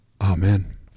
Amen